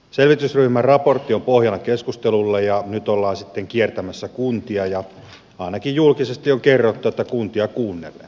selvitysryhmän raportti on pohjana keskustelulle ja nyt ollaan sitten kiertämässä kuntia ja ainakin julkisesti on kerrottu että kuntia kuunnellen